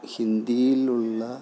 ഹിന്ദിയിലുള്ള